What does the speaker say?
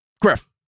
Griff